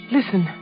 Listen